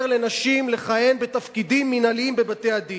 לנשים לכהן בתפקידים מינהליים בבתי-הדין.